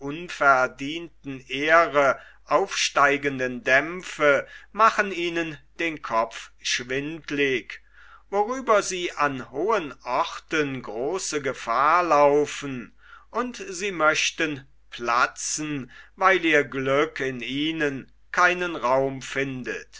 unverdienten ehre aufsteigenden dämpfe machen ihnen den kopf schwindlig wodurch sie an hohen orten große gefahr laufen und sie möchten platzen weil ihr glück in ihnen keinen raum findet